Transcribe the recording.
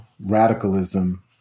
radicalism